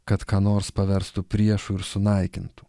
kad ką nors paverstų priešu ir sunaikintų